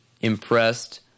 impressed